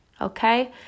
okay